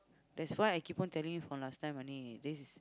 that's why I keep on telling you from last time money this is